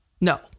No